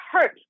hurt